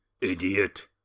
Idiot